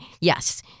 yes